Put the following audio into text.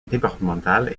départemental